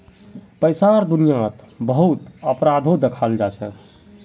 पैसार दुनियात बहुत अपराधो दखाल जाछेक